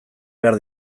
behar